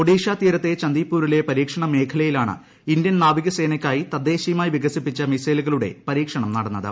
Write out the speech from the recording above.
ഒഡീഷ തീരത്തെ ചന്ദിപ്പൂരിലെ പരീക്ഷണ മേഖലയിലാണ് ഇന്ത്യൻ നാവികസേനയ്ക്കായി തദ്ദേശീയമായി വികസിപ്പിച്ച മിസൈലുകളുടെ പരീക്ഷണം നടന്നത്